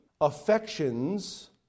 affections